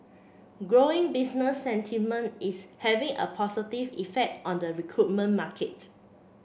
growing business sentiment is having a positive effect on the recruitment market